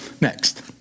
next